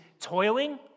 toiling